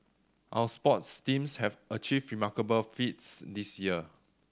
our sports teams have achieved remarkable feats this year